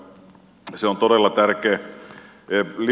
se on todella tärkeää